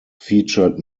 featured